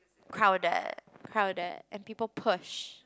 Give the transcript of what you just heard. crowded crowded and people push